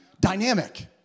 dynamic